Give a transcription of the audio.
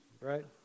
right